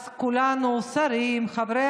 אז כולנו: שרים, חברי